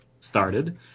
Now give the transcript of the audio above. started